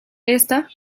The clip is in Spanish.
esta